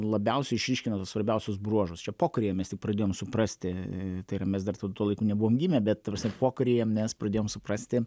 labiausia išryškino svarbiausius bruožus čia pokaryje mes tik pradėjom suprasti tai ir mes dar tuo tuo laiku nebuvom gimę bet ta prasme pokaryje mes pradėjom suprasti